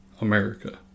America